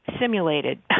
simulated